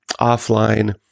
offline